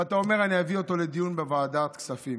ואתה אומר: אני אביא אותו לדיון בוועדת כספים.